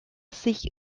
sich